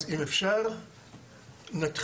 אם אפשר נתחיל